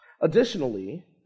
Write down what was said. Additionally